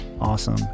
awesome